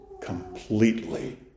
completely